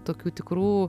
tokių tikrų